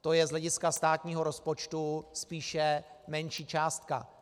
To je z hlediska státního rozpočtu spíše menší částka.